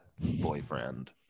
boyfriend